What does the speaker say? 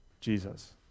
Jesus